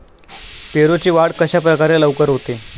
पेरूची वाढ कशाप्रकारे लवकर होते?